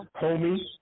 homie